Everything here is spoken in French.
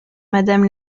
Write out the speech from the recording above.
madame